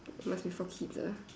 must be for kids ah